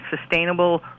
sustainable